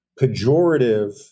pejorative